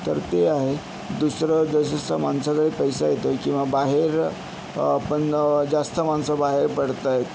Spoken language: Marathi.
तर ते आहे दुसरं जसजसं माणसाकडे पैसा येतो आहे किंवा बाहेर आपण जास्त माणसं बाहेर पडत आहेत